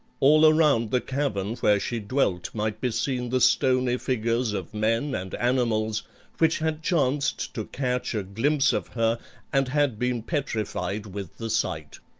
all around the cavern where she dwelt might be seen the stony figures of men and animals which had chanced to catch a glimpse of her and had been petrified with the sight.